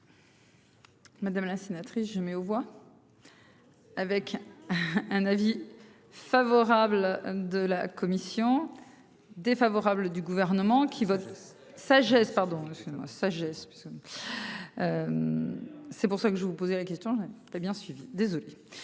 Madame la sénatrice, je mets aux voix. Avec. Un avis favorable de la commission. Défavorable du gouvernement qui va sagesse pardon sagesse. C'est pour ça que je vous posais la question. Tu as bien suivi. Désolé.